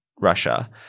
Russia